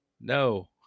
no